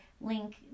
link